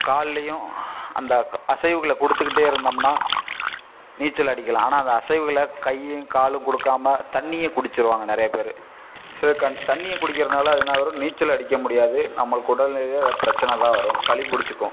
கால்லேயும் அந்த க அசைவுகளை கொடுத்துக்கிட்டே இருந்தம்னால் நீச்சல் அடிக்கலாம் ஆனால் அந்த அசைவுகளை கையும் காலும் கொடுக்காம தண்ணியை குடிச்சுருவாங்க நிறையா பேர் சில கண் தண்ணியை குடிக்கிறனால் அது என்ன வரும் நீச்சல் அடிக்க முடியாது நம்மளுக்கு உடல் நிலையே பிரச்சின தான் வரும் சளி பிடிச்சிக்கும்